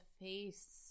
face